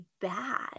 bad